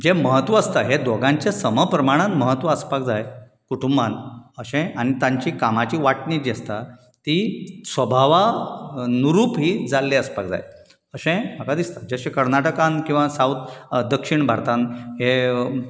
जें म्हत्व आसता हें दोगांचें समप्रमाणान म्हत्व आसपाक जाय कुटुंबान अशें आनी तांची कामाची वांटणी जी आसता ती स्वभावानुरूप ही जाल्ली आसपाक जाय अशें म्हाका दिसता जशें कर्नाटकान किंवा सावथ दक्षीण भारतान हें